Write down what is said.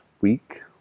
week